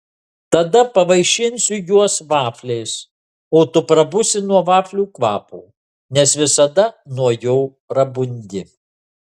tada pavaišinsiu juos vafliais o tu prabusi nuo vaflių kvapo nes visada nuo jo prabundi